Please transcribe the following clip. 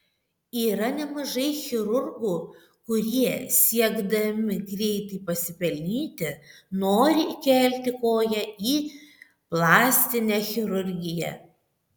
yra nemažai chirurgų kurie siekdami greitai pasipelnyti nori įkelti koją į plastinę chirurgiją